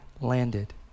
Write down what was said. landed